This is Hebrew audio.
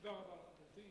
תודה רבה לך.